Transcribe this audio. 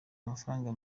mafaranga